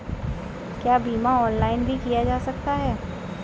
क्या बीमा ऑनलाइन भी किया जा सकता है?